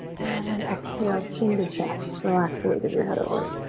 and then exhale, chin to chest. just relax the weight of your head over.